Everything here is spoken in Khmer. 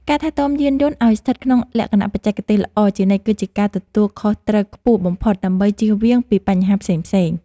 ការថែទាំយានយន្តឱ្យស្ថិតក្នុងលក្ខណៈបច្ចេកទេសល្អជានិច្ចគឺជាការទទួលខុសត្រូវខ្ពស់បំផុតដើម្បីជៀសវាងពីបញ្ហាផ្សេងៗ។